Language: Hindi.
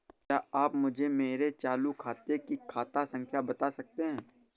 क्या आप मुझे मेरे चालू खाते की खाता संख्या बता सकते हैं?